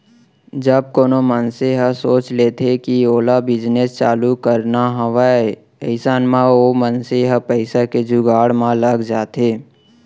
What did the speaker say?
जब कोनो मनसे ह सोच लेथे कि ओला बिजनेस चालू करना हावय अइसन म ओ मनसे ह पइसा के जुगाड़ म लग जाथे